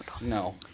no